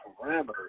parameters